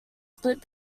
split